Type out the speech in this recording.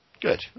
Good